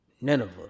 Nineveh